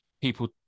people